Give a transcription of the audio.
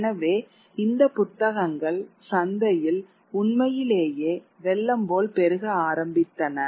எனவே இந்த புத்தகங்கள் சந்தையில் உண்மையிலேயே வெள்ளம் போல் பெருக ஆரம்பித்தன